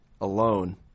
alone